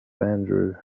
andrew